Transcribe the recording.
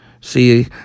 See